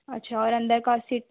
अच्छा और अंदर की सीट